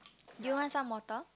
do you want some water